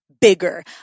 bigger